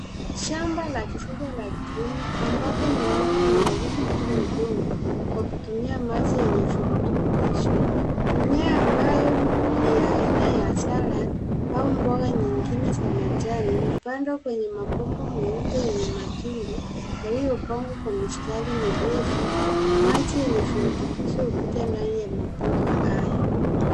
Shamba la kisasa la kilimo ambapo mimea inalimwa bila udongo kwa kutumia maji yenye virutubisho. Mimea ambayo ni ya aina ya salad au mboga nyingine za majani imepandwa kwenye mabomba meupe yenye matundu yaliyopangwa kwa mistari mirefu. Maji yenye virutubisho hupitia ndani ya mabomba haya.